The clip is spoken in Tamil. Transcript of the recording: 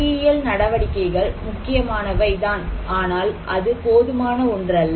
பொறியியல் நடவடிக்கைகள் முக்கியமானவை தான் ஆனால் அது போதுமான ஒன்றல்ல